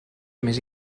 més